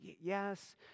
Yes